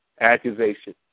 accusation